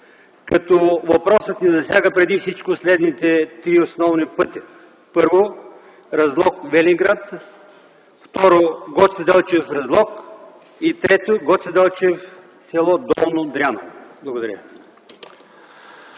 като въпросът ни засяга преди всичко следните три основни пътя: първо, Разлог-Велинград; второ – Гоце Делчев-Разлог; и трето – Гоце Делчев-с. Долно Дряново. Благодаря